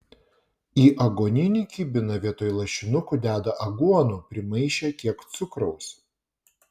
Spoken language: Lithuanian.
į aguoninį kibiną vietoj lašinukų deda aguonų primaišę kiek cukraus